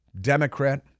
Democrat